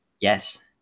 Yes